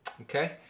Okay